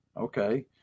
okay